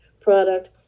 product